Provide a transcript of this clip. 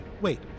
Wait